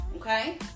Okay